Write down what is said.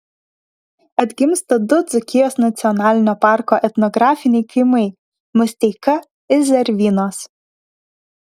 atgimsta du dzūkijos nacionalinio parko etnografiniai kaimai musteika ir zervynos